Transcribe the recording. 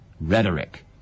rhetoric